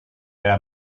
era